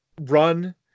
run